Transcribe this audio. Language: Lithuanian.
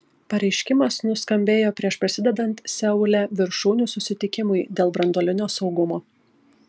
pareiškimas nuskambėjo prieš prasidedant seule viršūnių susitikimui dėl branduolinio saugumo